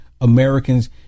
Americans